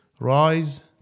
rise